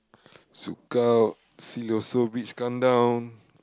ZoukOut see also beach countdown